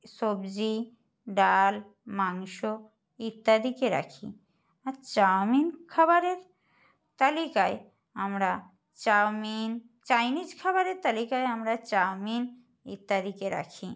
সবজি ডাল মাংস ইত্যাদিকে রাখি আর চাউমিন খাবারের তালিকায় আমরা চাউমিন চাইনিজ খাবারের তালিকায় আমরা চাউমিন ইত্যাদিকে রাখি